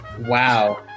wow